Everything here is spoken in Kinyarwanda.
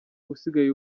usigaye